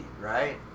right